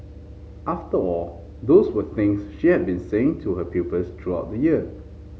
after all those were things she had been saying to her pupils throughout the year